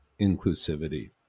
inclusivity